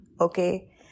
okay